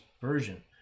Version